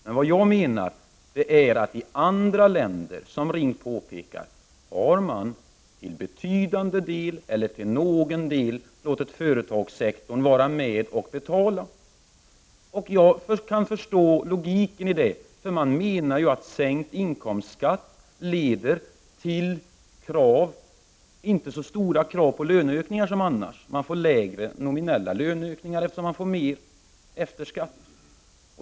Men vad jag menar är att man i andra länder, vilket RINK påpekar, har låtit företagssektorn vara med och betala. Jag kan förstå logiken i det. Man menar ju att sänkt inkomstskatt inte leder till så stora krav på löneökningar som annars. Man får lägre nominella löneökningar, eftersom mer pengar blir kvar efter skatt.